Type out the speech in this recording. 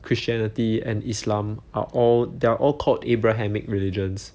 christianity and islam are all they are all called abrahamic religions